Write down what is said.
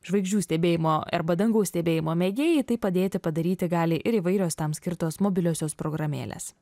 žvaigždžių stebėjimo arba dangaus stebėjimo mėgėjai tai padėti padaryti gali ir įvairios tam skirtos mobiliosios programėlės